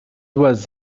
was